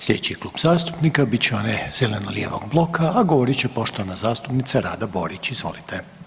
Sljedeći klub zastupnika bit će onaj zeleno-lijevog bloka, a govori će poštovana zastupnica Rada Borić, izvolite.